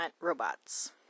robots